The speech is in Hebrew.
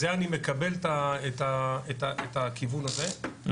זה אני מקבל את הכיוון הזה,